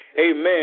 Amen